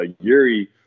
Yuri